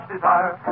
desire